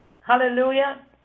Hallelujah